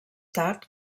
tard